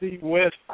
West